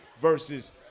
versus